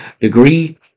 degree